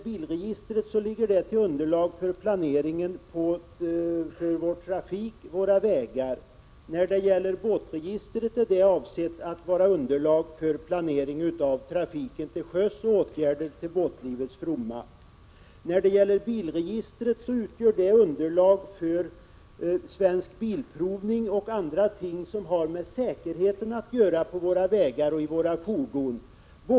Bilregistret är underlag för planeringen av vår trafik och våra vägar. Båtregistret är avsett att vara underlag för planeringen av trafiken till sjöss och åtgärder till båtlivets fromma. Bilregistret utgör underlag för Svensk Bilprovning och andra verksamheter som har med säkerheten på våra vägar och i våra fordon att göra.